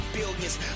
billions